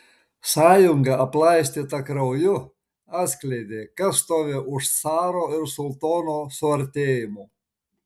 sąjunga aplaistyta krauju atskleidė kas stovi už caro ir sultono suartėjimo